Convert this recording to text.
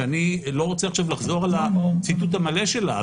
שאני לא רוצה לחזור עכשיו על הציטוט המלא שלה,